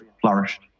flourished